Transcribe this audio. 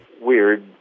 weird